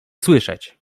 słyszeć